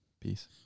peace